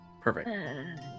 perfect